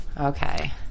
Okay